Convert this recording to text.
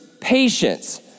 patience